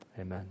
Amen